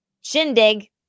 shindig